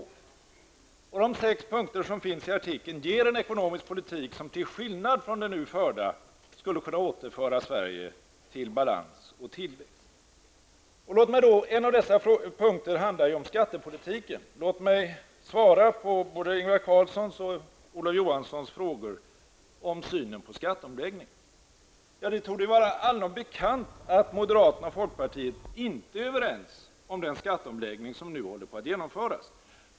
En politik enligt de sex punkter som tas upp i artikeln skulle betyda en ekonomisk politik som, till skillnad från den som nu förs, skulle kunna återföra Sverige till balans och tillväxt. En av de sex punkterna handlar om skattepolitiken. Låt mig svara på Ingvar Carlssons och Olof Johanssons frågor om synen på skatteomläggningen. Det torde vara allom bekant att moderaterna och folkpartiet inte är överens om den skatteomläggning som nu håller på att genomföras.